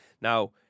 Now